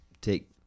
take